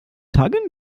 tage